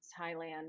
Thailand